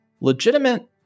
legitimate